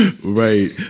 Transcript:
right